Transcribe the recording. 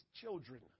children